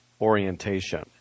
orientation